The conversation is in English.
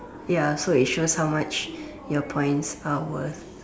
ya so it shows how much your points are worth